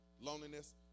loneliness